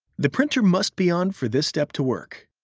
the printer must be on for this step to work.